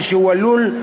שהוא עלול,